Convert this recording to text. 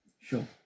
Sure